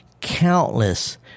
countless